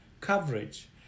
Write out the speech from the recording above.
coverage